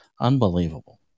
Unbelievable